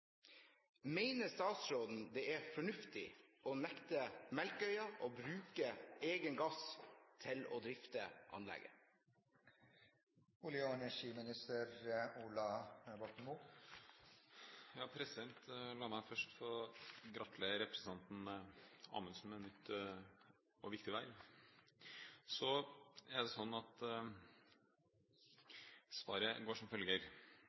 Mener statsråden det er fornuftig å nekte Melkøya å bruke egen gass til å drifte anlegget?» La meg først få gratulere representanten Amundsen med nytt og viktig verv. Svaret går som følger: